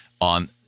on –